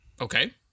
Okay